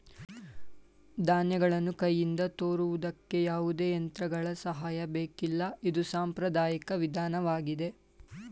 ಧಾನ್ಯಗಳನ್ನು ಕೈಯಿಂದ ತೋರುವುದಕ್ಕೆ ಯಾವುದೇ ಯಂತ್ರಗಳ ಸಹಾಯ ಬೇಕಿಲ್ಲ ಇದು ಸಾಂಪ್ರದಾಯಿಕ ವಿಧಾನವಾಗಿದೆ